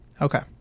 okay